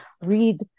read